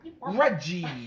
Reggie